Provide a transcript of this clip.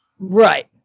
Right